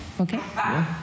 Okay